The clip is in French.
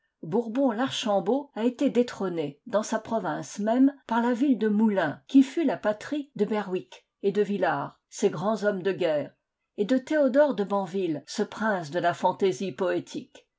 bourbon larchambault a été détrônée dans sa province même par la ville de moulins qui fut la patrie de bervvick et de villars ces grands hommes de guerre et de théodore de banville ce prince de la fantaisie poétique